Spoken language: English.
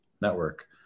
network